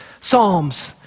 Psalms